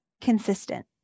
consistent